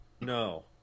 No